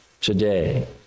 today